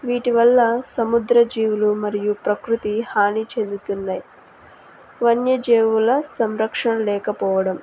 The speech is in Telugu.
వీటి వల్ల సముద్ర జీవులు మరియు ప్రకృతి హాని చెందుతున్నాయి వన్యజీవుల సంరక్షణ లేకపోవడం